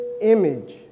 image